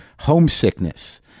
homesickness